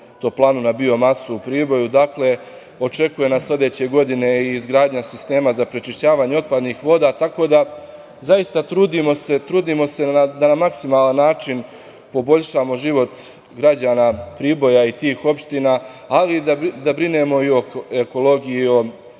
na biomasu u Priboju. Dakle, očekuje nas sledeće godine i izgradnja sistema za prečišćavanje otpadnih voda, tako da zaista trudimo se da na maksimalan način poboljšamo život građana Priboja i tih opština, ali da brinemo i o ekologiji i